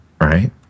Right